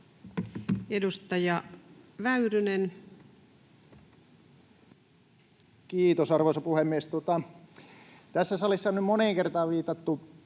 13:39 Content: Kiitos, arvoisa puhemies! Tässä salissa on nyt moneen kertaan viitattu